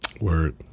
word